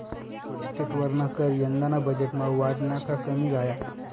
इस्टेटवरना कर यंदाना बजेटमा वाढना का कमी झाया?